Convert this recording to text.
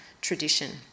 tradition